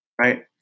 Right